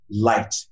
light